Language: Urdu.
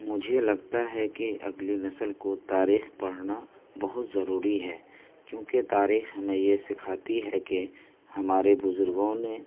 مجھے لگتا ہے کہ اگلی نسل کو تاریخ پڑھنا بہت ضروری ہے کیونکہ تاریخ ہمیں یہ سکھاتی ہے کہ ہمارے بزرگوں نے